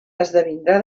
esdevindrà